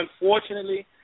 unfortunately